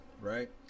right